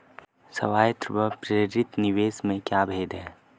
स्वायत्त व प्रेरित निवेश में क्या भेद है?